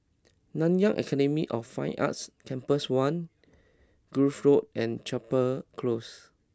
Nanyang Academy of Fine Arts Campus One Grove Road and Chapel Close